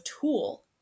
tool